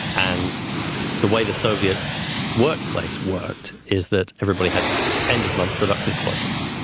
and the way the soviet workplace worked is that everybody had end of month production quotas,